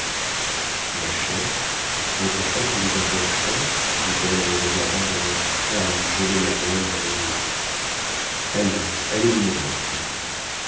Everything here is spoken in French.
ma chère votre femme vous est encore chère dit-elle en le regardant d'un air froid à lui geler la moelle dans les os allez allez dîner avec elle